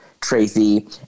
Tracy